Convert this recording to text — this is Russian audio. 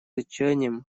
отчаянием